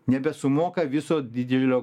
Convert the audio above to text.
nebesumoka viso didelio